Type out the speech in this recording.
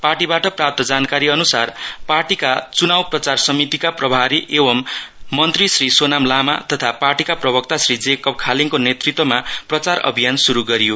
पार्टीबाट जारी विज्ञप्ति अनुसार पार्टीका चुनाउ प्रचार समितिका प्रभारि एवं मन्त्री श्री सोनाम लाला तथा पार्टीका प्रवक्ता श्री जेकब खालीङको नेतृत्वमा प्रचार अभियान शुरु गरियो